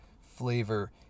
flavor